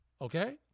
Okay